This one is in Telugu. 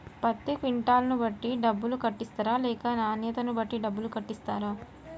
పత్తి క్వింటాల్ ను బట్టి డబ్బులు కట్టిస్తరా లేక నాణ్యతను బట్టి డబ్బులు కట్టిస్తారా?